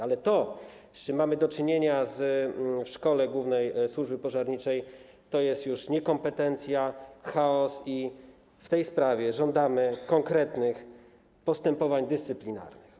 Ale to, z czym mamy do czynienia w Szkole Głównej Służby Pożarniczej, to jest już niekompetencja, chaos i w tej sprawie żądamy konkretnych postępowań dyscyplinarnych.